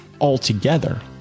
altogether